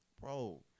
bro